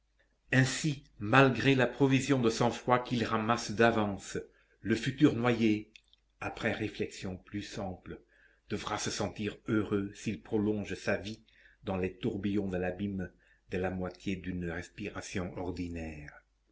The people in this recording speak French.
ainsi malgré la provision de sang-froid qu'il ramasse d'avance le futur noyé après réflexion plus ample devra se sentir heureux s'il prolonge sa vie dans les tourbillons de l'abîme de la moitié d'une respiration ordinaire